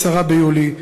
10 ביולי,